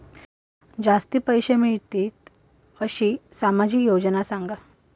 जास्ती पैशे मिळतील असो सामाजिक योजना सांगा?